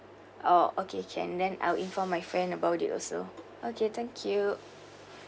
orh okay can then I will inform my friend about it also okay thank you